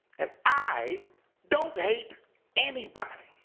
and i don't hate anybody.